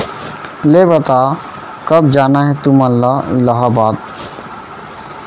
ले बता, कब जाना हे तुमन ला इलाहाबाद?